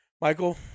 Michael